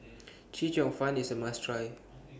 Chee Cheong Fun IS A must Try